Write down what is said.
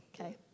Okay